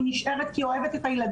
היא נשארת כי היא אוהבת את הילדים,